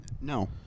No